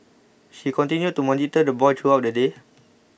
she continued to monitor the boy throughout the day